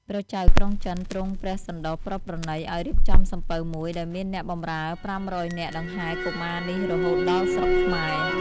ព្រះចៅក្រុងចិនទ្រង់ព្រះសណ្តោសប្រោសប្រណីឱ្យរៀបចំសំពៅមួយ ដោយមានអ្នកបម្រើប្រាំរយនាក់ដង្ហែកុមារនេះរហូតដល់ស្រុកខ្មែរ។